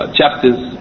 chapters